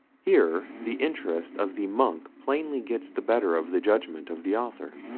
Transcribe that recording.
here the interest of the monk plainly gets the better of the judgment of the author.